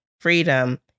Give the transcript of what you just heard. freedom